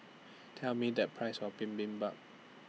Tell Me The Price of Bibimbap